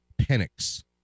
Penix